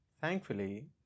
thankfully